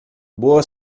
boa